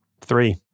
Three